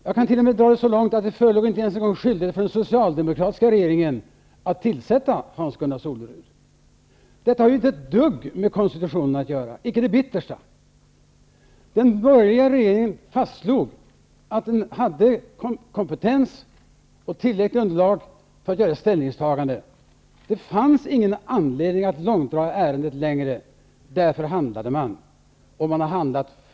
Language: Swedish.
Jag kan t.o.m. dra det så långt att det inte ens förelåg skyldighet för den socialdemokratiska regeringen att tillsätta Hans Gunnar Solerud. Detta har inte ett dugg med konstitutionen att göra, icke det bittersta. Den borgerliga regeringen fastslog att den hade kompetens och tillräckligt underlag för att göra detta ställningstagande. Det fanns ingen anledning att långdra ärendet längre, därför handlade man. Man har handlat fullt i enlighet med de konstitutionella bestämmelserna.